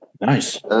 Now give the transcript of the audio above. Nice